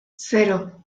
zero